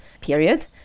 period